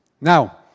Now